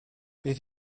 bydd